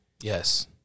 Yes